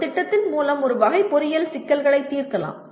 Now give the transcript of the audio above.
ஒரு திட்டத்தின் மூலம் ஒரு வகை பொறியியல் சிக்கல்களைத் தீர்க்கலாம்